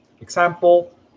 example